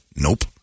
Nope